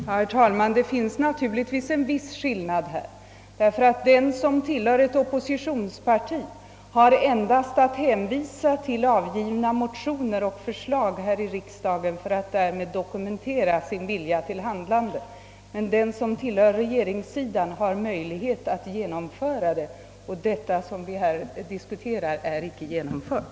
Herr talman! Det finns naturligtvis en viss skillnad härvidlag. Den som tillhör ett oppositionsparti kan endast hänvisa till motionsförslag här i riksdagen för att därigenom dokumentera sin vilja till handlande. Den som tillhör regeringssidan däremot har möjlighet att få sina förslag genomförda. Men jag måste konstatera att det vi nu diskuterar inte är genomfört.